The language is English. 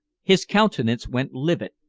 his countenance went livid.